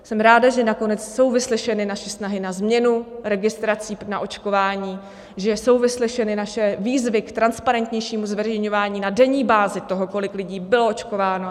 Jsem ráda, že nakonec jsou vyslyšeny naše snahy na změnu registrací na očkování, že jsou vyslyšeny naše výzvy k transparentnějšímu zveřejňování na denní bázi toho, kolik lidí bylo očkováno atd.